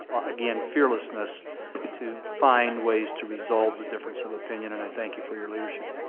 again, fearlessness to find ways to resolve the difference of opinion and i thank you for your leadership.